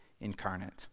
incarnate